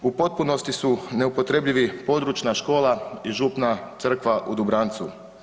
U potpunosti su neupotrebljivi područna škola i župna crkva u Dubrancu.